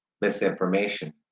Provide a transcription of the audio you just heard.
misinformation